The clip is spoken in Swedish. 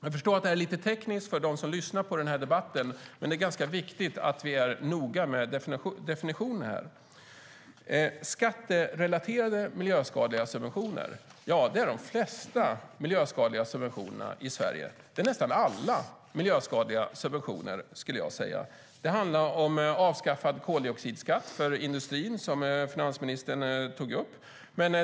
Jag förstår att det låter lite tekniskt för dem som lyssnar på debatten, men det är viktigt att vi är noga med definitionerna. Skatterelaterade skadliga miljösubventioner - ja, det är de flesta miljöskadliga subventionerna i Sverige. Det är nästan alla miljöskadliga subventioner, skulle jag säga. Det handlar om avskaffad koldioxidskatt för industrin, som finansministern tog upp.